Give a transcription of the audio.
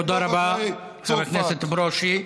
תודה רבה, חבר הכנסת ברושי.